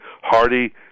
Hardy